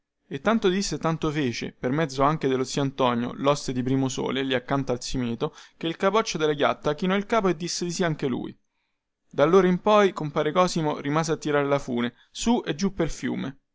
e tanto disse e tanto fece per mezzo anche dello zio antonio loste di primosole lì accanto al simeto che il capoccia della chiatta chinò il capo e disse di sì anche lui dallora in poi compare cosimo rimase a tirar la fune su e giù pel fiume